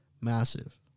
massive